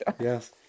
yes